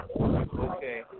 Okay